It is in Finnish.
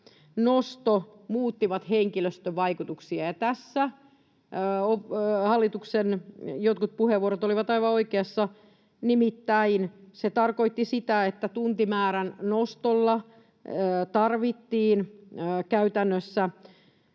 nosto muuttivat henkilöstövaikutuksia. Tässä hallituksen jotkut puheenvuorot olivat aivan oikeassa, sillä se nimittäin tarkoitti sitä, että tuntimäärän nostolla tarvittiin käytännössä